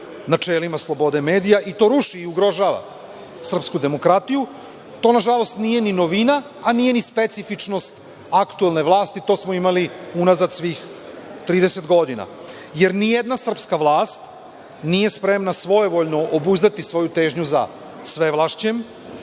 načelima slobode medija i to ruši i ugrožava srpsku demokratiju. To na žalost, nije ni novina, a nije ni specifičnost aktuelne vlasti, to smo imali unazad svih 30 godina, jer ni jedna srpska vlast nije spremna svojevoljno obuzdati svoju težnju za svevlašćem